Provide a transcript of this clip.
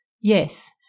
Yes